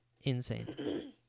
insane